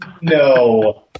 No